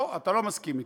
לא, אתה לא מסכים אתי.